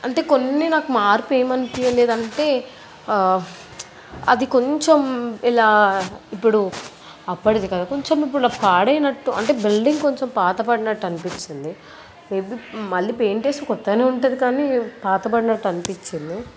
అంటే కొన్ని నాకు మార్పు ఏమనిపించలేదంటే అది కొంచెం ఇలా ఇప్పుడు అప్పటిది కదా కొంచెం ఇప్పుడు పాడైనట్టు అంటే బిల్డింగ్ కొంచెం పాతబడినట్టు అనిపించింది ఎందుకు మళ్ళీ పెయింట్ వేస్తే క్రొత్తగానే ఉంటుంది కానీ పాతబడినట్టు అనిపించింది